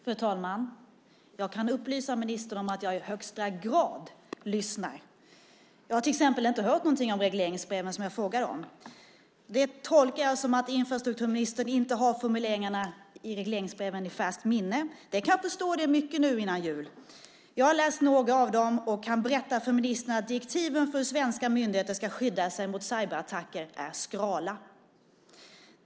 Fru talman! Jag kan upplysa ministern om att jag i högsta grad lyssnar. Men jag har inte hört någonting om regleringsbreven som jag frågade om. Det tolkar jag som att infrastrukturministern inte har formuleringarna i regleringsbreven i färskt minne. Det kan jag förstå; det är mycket nu före jul. Jag har läst några av dem och kan berätta för ministern att direktiven för hur svenska myndigheter ska skydda sig mot cyberattacker är skrala.